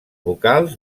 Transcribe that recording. vocals